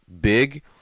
big